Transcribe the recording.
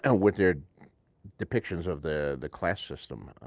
and with their depiction of the the class system.